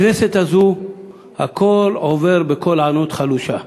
בכנסת הזאת הכול עובר בקול ענות חלושה.